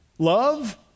Love